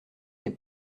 des